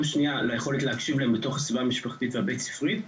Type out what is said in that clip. השנייה ליכולת להקשיב להם בתוך הסביבה המשפחתית והבית ספרית,